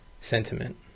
sentiment